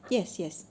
yes yes